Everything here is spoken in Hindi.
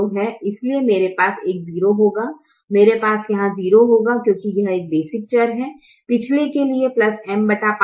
इसलिए मेरे पास एक 0 होगा मेरे पास यहां 0 होगा क्योंकि यह एक बेसिक चर है पिछले के लिए M5 75